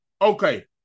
Okay